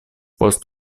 post